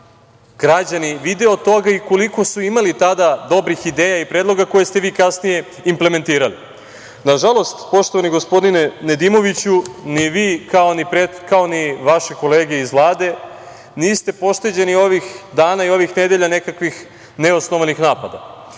građani vide od toga i koliko su imali tada dobrih ideja i predloga koje ste vi kasnije implementirali. Nažalost, poštovani gospodine Nedimoviću, ni vi, kao ni vaše kolege iz Vlade, niste pošteđeni ovih dana i ovih nedelja nekakvih neosnovanih napada.